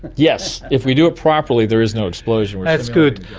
yes! if we do it properly, there is no explosion. that's good.